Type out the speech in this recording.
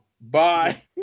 Bye